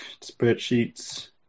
Spreadsheets